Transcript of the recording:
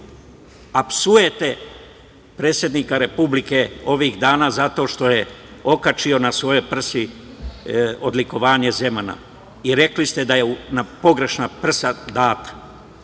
a psujete predsednika Republike ovih dana zato što je okačio na svoje prsa odlikovanje Zemana i rekli ste da je na pogrešna prsa dat.